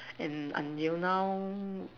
and until now